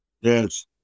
Yes